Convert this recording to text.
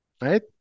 right